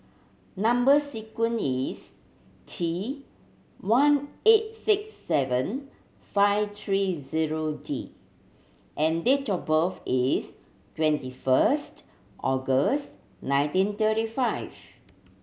number sequence is T one eight six seven five three zero D and date of birth is twenty first August nineteen thirty five